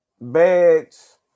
beds